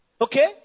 Okay